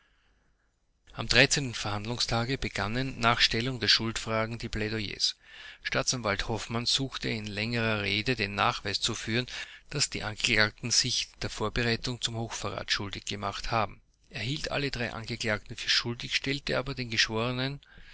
am dreizehnten verhandlungstage begannen nach stellung der schuldfragen die plädoyers staatsanwalt hoffmann suchte in längerer rede den nachweis zu führen daß die angeklagten sich der vorbereitung zum hochverrat schuldig gemacht haben er hielt alle drei angeklagten für schuldig stellte aber den geschworenen